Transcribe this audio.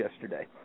yesterday